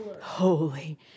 holy